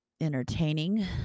entertaining